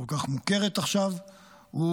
שמוכרת עכשיו כל כך,